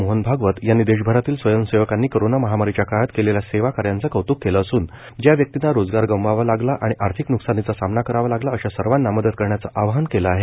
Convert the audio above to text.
मोहन भागवत यांनी देशभरातील स्वयंसेवकांनी करोना महामारीच्या काळात केलेल्या सेवा कार्याचं कौतुक केलं असून ज्या व्यक्तींना रोजगार गमवावा लागला आणि आर्थिक नुकसानीचा सामना करावा लागला अशा सर्वांना मदत करण्याचं आवाहन केलं आहे